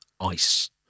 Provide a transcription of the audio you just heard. Ice